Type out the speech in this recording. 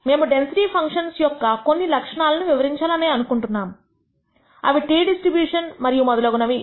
మేము density functions యొక్క కొన్ని లక్షణాలను వివరించాలి అనుకుంటున్నాము అవి T డిస్ట్రిబ్యూషన్ మరియు మొదలగునవి